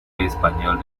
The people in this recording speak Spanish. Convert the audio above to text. español